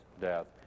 death